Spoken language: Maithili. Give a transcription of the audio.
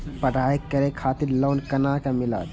पढ़ाई करे खातिर लोन केना मिलत?